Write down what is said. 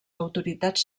autoritats